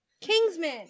Kingsman